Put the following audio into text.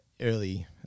early